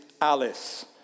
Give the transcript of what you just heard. Alice